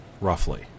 roughly